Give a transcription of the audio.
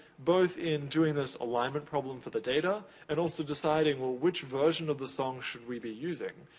both in doing this alignment problem for the data and also deciding which version of the song should we be using?